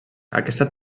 aquesta